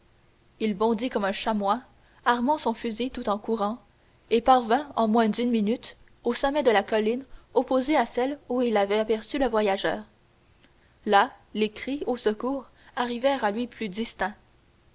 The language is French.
il bondit comme un chamois armant son fusil tout en courant et parvint en moins d'une minute au sommet de la colline opposée à celle où il avait aperçu le voyageur là les cris au secours arrivèrent à lui plus distincts